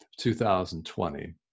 2020